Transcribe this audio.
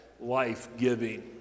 life-giving